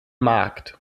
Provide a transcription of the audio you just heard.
markt